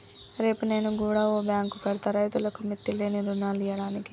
రేపు నేను గుడ ఓ బాంకు పెడ్తా, రైతులకు మిత్తిలేని రుణాలియ్యడానికి